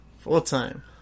Full-time